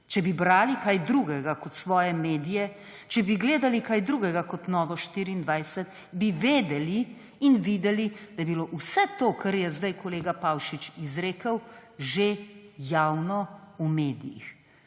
če bi brali kaj drugega kot svoje medije, če bi gledali kaj drugega kot Novo24, bi vedeli in videli, da je bilo vse to, kar je zdaj kolega Pavšič izrekel, že javno v medijih.